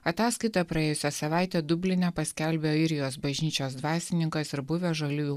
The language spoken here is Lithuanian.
ataskaitą praėjusią savaitę dubline paskelbė airijos bažnyčios dvasininkas ir buvęs žaliųjų